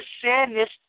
sadness